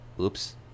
Oops